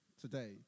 today